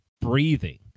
breathing